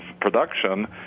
production